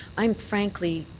i'm, frankly,